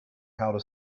how